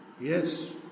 yes